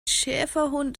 schäferhund